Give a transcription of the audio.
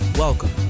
Welcome